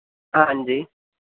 ਹਾਂਜੀ